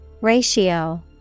Ratio